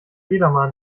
edamer